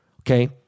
okay